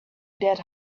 dead